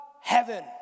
heaven